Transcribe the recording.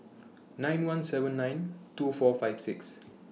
nine one seven nine two four five six